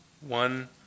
One